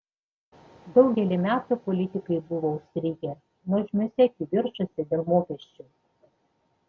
daugelį metų politikai buvo užstrigę nuožmiuose kivirčuose dėl mokesčių